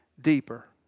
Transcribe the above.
deeper